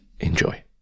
enjoy